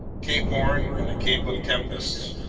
cape horn and the cape of tempests!